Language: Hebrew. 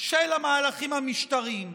של המהלכים המשטריים.